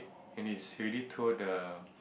he's he already twirl the